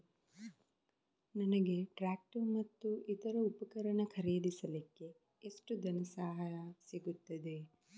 ನನಗೆ ಟ್ರ್ಯಾಕ್ಟರ್ ಮತ್ತು ಇತರ ಉಪಕರಣ ಖರೀದಿಸಲಿಕ್ಕೆ ಎಷ್ಟು ಧನಸಹಾಯ ಸಿಗುತ್ತದೆ?